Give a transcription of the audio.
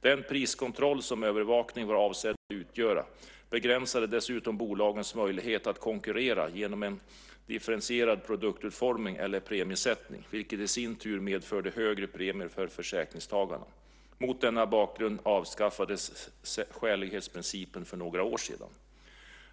Den priskontroll som övervakningen var avsedd att utgöra begränsade dessutom bolagens möjlighet att konkurrera genom en differentierad produktutformning och premiesättning, vilket i sin tur medförde högre premier för försäkringstagarna. Mot denna bakgrund avskaffades skälighetsprincipen för några år sedan.